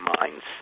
minds